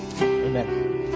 Amen